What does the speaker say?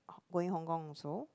going Hong-Kong also